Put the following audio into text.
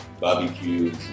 barbecues